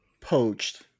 poached